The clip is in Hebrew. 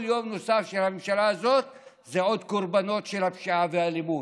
כל יום נוסף של הממשלה הזו זה עוד קורבנות של הפשיעה והאלימות,